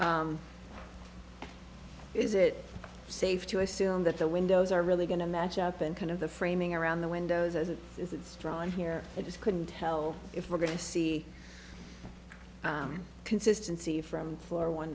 is it safe to assume that the windows are really going to match up and kind of the framing around the windows as it is it's drawing here i just couldn't tell if we're going to see consistency from four one